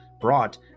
brought